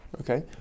Okay